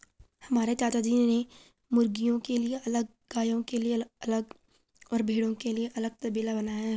हमारे चाचाजी ने मुर्गियों के लिए अलग गायों के लिए अलग और भेड़ों के लिए अलग तबेला बनाया है